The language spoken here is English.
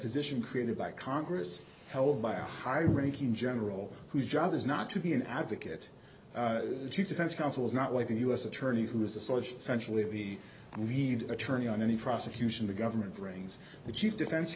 position created by congress held by a high ranking general whose job is not to be an advocate defense counsel is not like the u s attorney who is a source centrally the lead attorney on any prosecution the government brings the chief defense